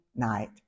night